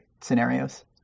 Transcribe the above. scenarios